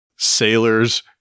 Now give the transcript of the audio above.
Sailors